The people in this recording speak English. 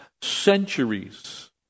centuries